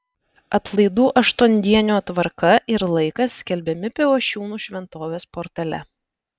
atlaidų aštuondienio tvarka ir laikas skelbiami pivašiūnų šventovės portale